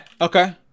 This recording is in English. Okay